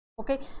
okay